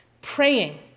praying